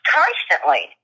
constantly